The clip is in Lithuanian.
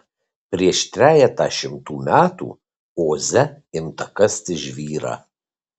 prieš trejetą šimtų metų oze imta kasti žvyrą